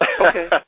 Okay